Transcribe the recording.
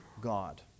God